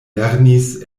lernis